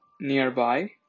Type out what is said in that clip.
nearby